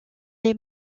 est